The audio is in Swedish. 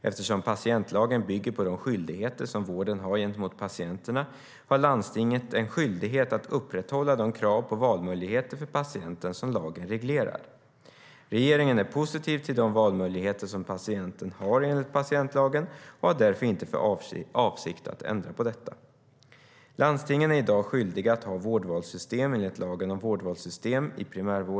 Eftersom patientlagen bygger på de skyldigheter som vården har gentemot patienterna har landstinget en skyldighet att upprätthålla de krav på valmöjligheter för patienten som lagen reglerar. Regeringen är positiv till de valmöjligheter som patienten har enligt patientlagen och har därför inte för avsikt att ändra på detta. Landstingen är i dag skyldiga att ha vårdvalssystem enligt lagen om valfrihetssystem.